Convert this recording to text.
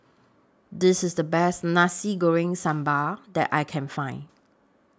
This IS The Best Nasi Goreng Sambal that I Can Find